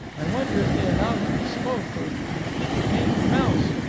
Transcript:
i wonder if they allow him to smoke, or to keep a tame mouse,